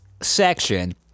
section